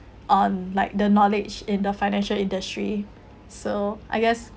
on like the knowledge in the financial industry so I guess